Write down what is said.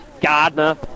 Gardner